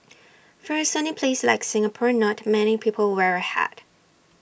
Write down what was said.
for A sunny place like Singapore not many people wear A hat